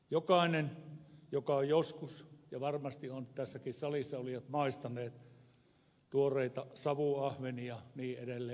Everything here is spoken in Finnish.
jokainen joka on joskus maistanut ja varmasti ovat tässäkin salissa olijat maistaneet tuoreita savuahvenia ja niin edelleen